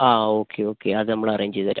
ആ okay okay അത് നമ്മൾ അറേഞ്ച് ചെയ്ത് തരാം